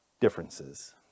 differences